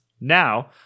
Now